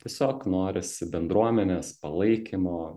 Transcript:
tiesiog norisi bendruomenės palaikymo